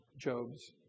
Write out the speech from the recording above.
Job's